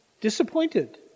Disappointed